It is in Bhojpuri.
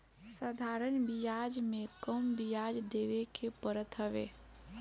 साधारण बियाज में कम बियाज देवे के पड़त हवे